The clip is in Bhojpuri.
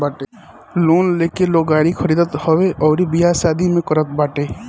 लोन लेके लोग गाड़ी खरीदत हवे अउरी बियाह शादी भी करत बाटे